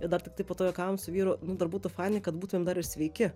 ir dar tiktai po to juokavom su vyru nu dar būtų faina kad būtumėm dar ir sveiki